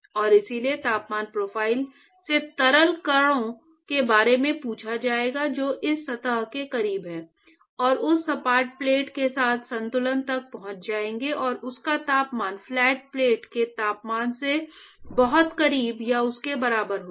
और इसलिए तापमान प्रोफ़ाइल से तरल कणों के बारे में पूछा जाएगा जो इस सतह के करीब हैं उस सपाट प्लेट के साथ संतुलन तक पहुंच जाएंगे और उसका तापमान फ्लैट प्लेट के तापमान के बहुत करीब या उसके बराबर होगा